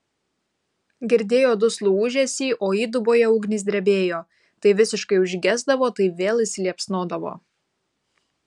girdėjo duslų ūžesį o įduboje ugnys drebėjo tai visiškai užgesdavo tai vėl įsiliepsnodavo